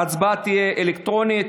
ההצבעה תהיה אלקטרונית.